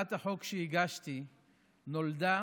הצעת החוק שהגשתי נולדה